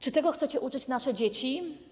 Czy tego chcecie uczyć nasze dzieci?